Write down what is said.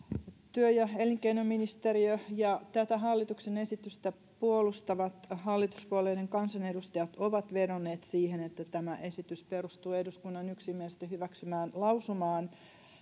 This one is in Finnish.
työ ja elinkeinoministeriö ja tätä hallituksen esitystä puolustavat hallituspuolueiden kansanedustajat ovat vedonneet siihen että tämä esitys perustuu eduskunnan yksimielisesti hyväksymään lausumaan